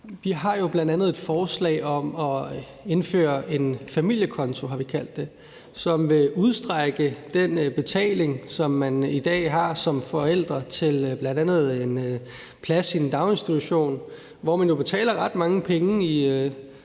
Vi har jo bl.a. et forslag om at indføre en familiekonto, har vi kaldt det, som vil udstrække den betaling, man i dag har som forældre til bl.a. en plads i en daginstitution, hvor man jo betaler ret mange penge i